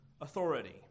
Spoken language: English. authority